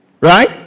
Right